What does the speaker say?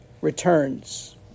returns